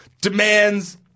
demands